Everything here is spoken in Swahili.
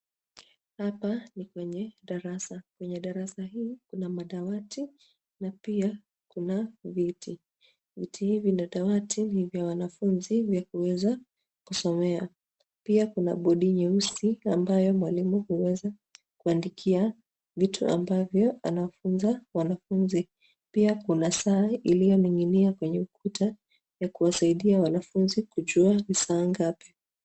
Hapa ni kwenye darasa, kwenye darasa hii kuna madawati na pia kuna viti, viti hivi na madawati ni vya wanafunzi vya kuweza kusomea pia kuna board nyeusi ambaye mwalimu huwezi kuandikia vitu ambavyo anafunza wanafunzi, pia kuna saa ilioningi'nia kwenye ukuta ya kuwazaidia wanafunzi kujua ni saa ngapi.